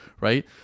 right